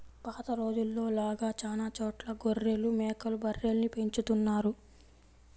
పాత రోజుల్లో లాగా చానా చోట్ల గొర్రెలు, మేకలు, బర్రెల్ని పెంచుతున్నారు